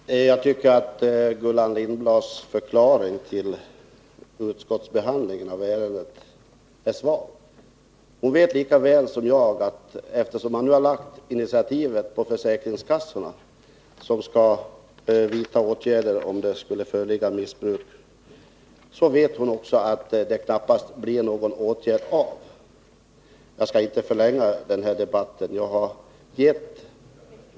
Fru talman! Jag tycker att Gullan Lindblads förklaring till utskottets behandling av ärendet är svag. Hon vet lika väl som jag, att eftersom man nu har lagt initiativet på försäkringskassorna, som skall vidta åtgärder om det föreligger missbruk, blir det knappast några åtgärder. Jag skall inte förlänga debatten mer.